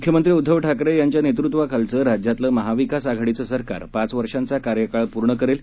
मुख्यमंत्री उद्धव ठाकरे यांच्या नेतृत्वाखालचं राज्यातलं महाविकास आघाडीचं सरकार पाच वर्षांचा कार्यकाळ पूर्ण करेल